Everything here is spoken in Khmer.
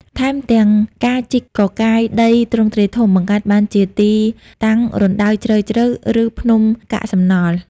ថែមទាំងការជីកកកាយដីទ្រង់ទ្រាយធំ បង្កើតបានជាទីតាំងរណ្ដៅជ្រៅៗ ឬភ្នំកាកសំណល់ ។